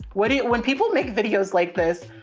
what do you, when people make videos like this,